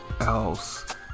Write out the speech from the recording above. else